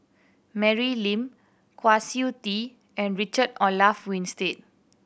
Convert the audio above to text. Mary Lim Kwa Siew Tee and Richard Olaf Winstedt